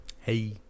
Hey